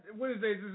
Wednesdays